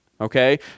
Okay